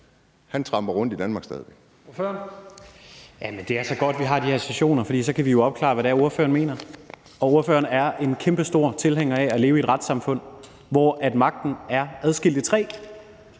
Kasper Sand Kjær (S): Det er så godt, at vi har de her sessioner, for så kan vi jo opklare, hvad det er, ordføreren mener. Og ordføreren er en kæmpestor tilhænger af at leve i et retssamfund, hvor magten er adskilt i tre.